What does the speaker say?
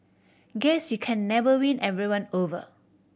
guess you can never win everyone over